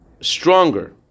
stronger